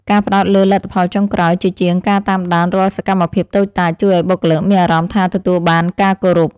ការផ្តោតលើលទ្ធផលចុងក្រោយជាជាងការតាមដានរាល់សកម្មភាពតូចតាចជួយឱ្យបុគ្គលិកមានអារម្មណ៍ថាទទួលបានការគោរព។